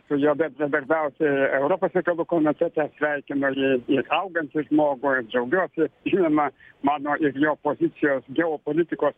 su juo bendradarbiauti europos reikalų komitete sveikino jį ir haugen žmogų džiaugiuosi žinoma mano ir jo pozicijos geopolitikos